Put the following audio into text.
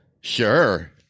sure